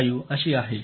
5 अशी आहे